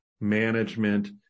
management